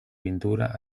pintura